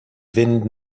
fynd